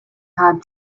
had